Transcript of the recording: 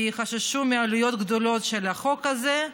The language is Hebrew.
כי חששו מעלויות גדולות של החוק הזה.